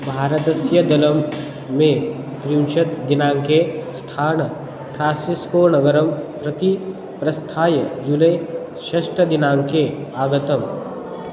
भारतस्य दलं मे त्रिंशत् दिनाङ्के स्थान् फ्रांसिस्को नगरं प्रति प्रस्थाय जुलै षष्ठदिनाङ्के आगतम्